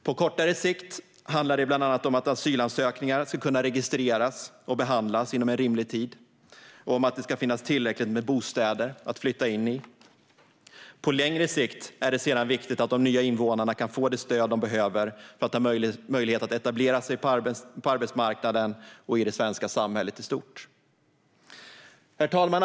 På kortare sikt handlar det bland annat om att asylansökningar ska kunna registreras och behandlas inom en rimlig tid och om att det ska finnas tillräckligt med bostäder att flytta in i. På längre sikt är det sedan viktigt att de nya invånarna kan få det stöd de behöver för att ha möjlighet att etablera sig på arbetsmarknaden och i det svenska samhället i stort. Herr talman!